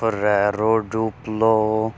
Ferrero Duplo